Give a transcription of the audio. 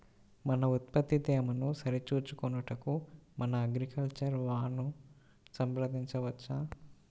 మన ఉత్పత్తి తేమను సరిచూచుకొనుటకు మన అగ్రికల్చర్ వా ను సంప్రదించవచ్చా?